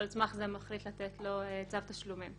ועל סמך זה מחליט לתת לו צו תשלומים.